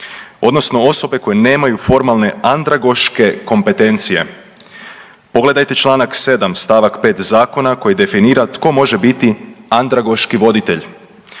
odnosno osobe koje nemaju formalne andragoške kompetencije. Pogledajte čl. 7. st. 5. zakona koji definira tko može biti andragoški voditelj,